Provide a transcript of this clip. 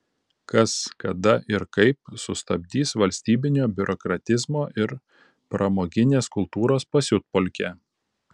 kas kada ir kaip sustabdys valstybinio biurokratizmo ir pramoginės kultūros pasiutpolkę